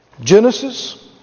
Genesis